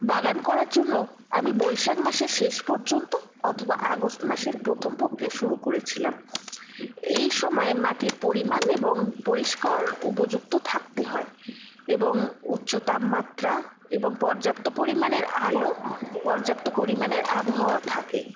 বাগান করার জন্য আমি বৈশাখ মাসের শেষ পর্যন্ত অথবা আগস্ট মাসের প্রথম পক্ষে শুরু করেছিলাম এই সময় মাটির পরিমাণ এবং পরিস্কার উপযুক্ত থাকতে হয় এবং উচ্চ তাপমাত্রা এবং পর্যাপ্ত পরিমাণের আলো পর্যাপ্ত পরিমাণের আবহাওয়া থাকে